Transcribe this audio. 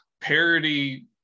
parody